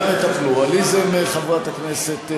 גם את הפלורליזם, חברת הכנסת רוזין,